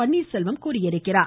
பன்னீர்செல்வம் தெரிவித்தார்